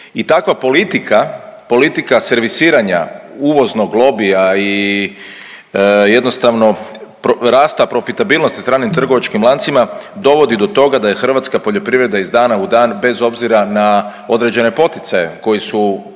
I takva politika, politika servisiranja uvoznog lobija i jednostavno rasta profitabilnosti stranim trgovačkim lancima dovodi do toga da je hrvatska poljoprivreda iz dana u dan bez obzira na određene poticaje koji su